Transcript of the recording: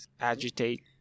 Agitate